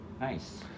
nice